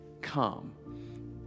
Come